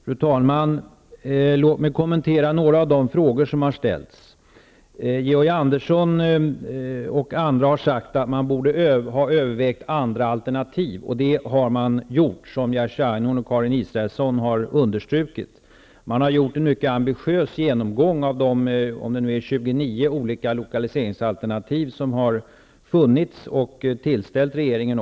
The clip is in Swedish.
Fru talman! Jag skall kommentera några av de frågor som har ställts. Georg Andersson m.fl. har sagt att man borde ha övervägt andra alternativ. Det har man gjort, vilket också Jerzy Einhorn och Karin Israelsson har understrukit. Man har gjort en mycket ambitiös genomgång av de 29 olika lokaliseringsalternativ som har varit aktuella. Denna genomgång har tillställts regeringen.